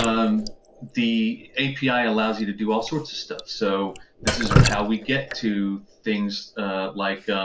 um the api allows you to do all sorts of stuff. so this is how we get to things like